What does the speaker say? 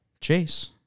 Chase